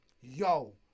Yo